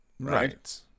Right